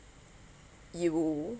you